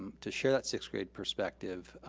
to share that sixth grade perspective,